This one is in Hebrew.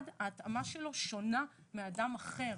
ההתאמה שלו שונה מההתאמה של נכה אחר.